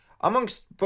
amongst